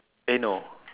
eh no